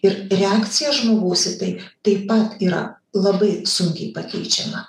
ir reakcija žmogaus į tai taip pat yra labai sunkiai pakeičiama